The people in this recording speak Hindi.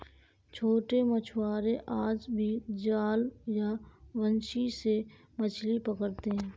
छोटे मछुआरे आज भी जाल या बंसी से मछली पकड़ते हैं